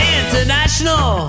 international